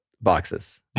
boxes